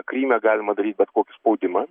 kryme galima daryt bet kokį spaudimą